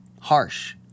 harsh